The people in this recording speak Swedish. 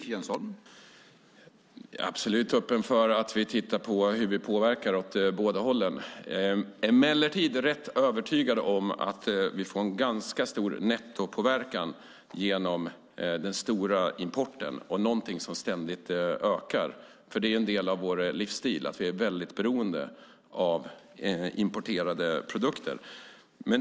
Herr talman! Jag är absolut öppen för att vi tittar på hur vi påverkar åt båda hållen. Jag är emellertid rätt övertygad om att vi får en ganska stor nettopåverkan genom den stora importen och någonting som ständigt ökar. Det är ju en del av vår livsstil, att vi är väldigt beroende av importerade produkter.